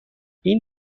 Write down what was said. این